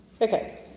Okay